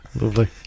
Lovely